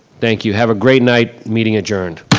thank you, have a great night. meeting adjourned.